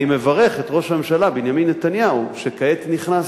אני מברך את ראש הממשלה בנימין נתניהו, שכעת נכנס